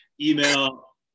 email